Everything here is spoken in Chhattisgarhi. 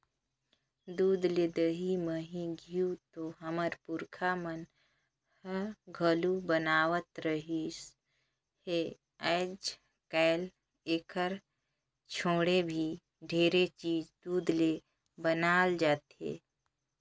दूद ले दही, मही, घींव तो हमर पूरखा मन ह घलोक बनावत रिहिस हे, आयज कायल एखर छोड़े भी ढेरे चीज दूद ले बनाल जाथे